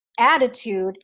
attitude